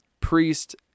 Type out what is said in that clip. Priest